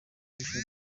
gicuti